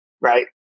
right